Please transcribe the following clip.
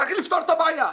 צריך לפתור את הבעיה.